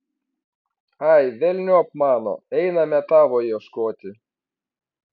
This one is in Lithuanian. ai velniop mano einame tavo ieškoti